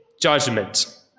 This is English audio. judgment